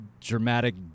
dramatic